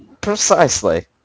Precisely